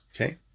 Okay